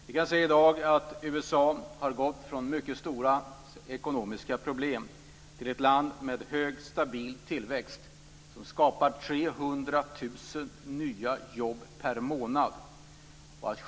Vi kan i dag se att USA har gått från mycket stora ekonomiska problem till att bli ett land med stor och stabil tillväxt som skapar 300 000 nya jobb per månad.